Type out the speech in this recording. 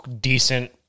decent